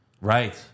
Right